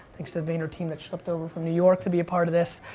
thanks to the vayner team that schlepped over from new york to be a part of this.